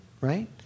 right